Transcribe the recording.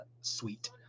suite